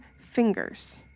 fingers